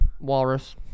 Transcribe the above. walrus